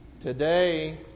Today